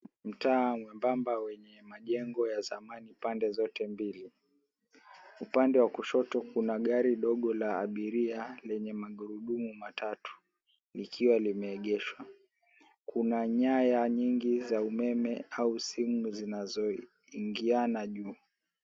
Mtaa mwembamba wenye jengo za zamani oande zote mbili, upande wa kushoto kuna gari dogo la abiria lenye magurudumu matatu likiwa limeegeshwa, kuna nyaya mingi za umeme au simu zinazoingiana juu.